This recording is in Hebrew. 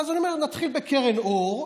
אז אני אומר, נתחיל בקרן אור.